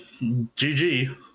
GG